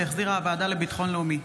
שהחזירה הוועדה לביטחון לאומי.